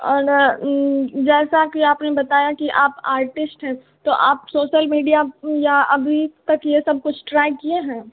और जैसा कि आपने बताया कि आप आर्टिस्ट हैं तो आप सोशल मीडिया या अभी तक यह सब कुछ ट्राई किए हैं